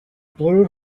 blue